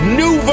new